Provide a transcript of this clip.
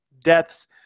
deaths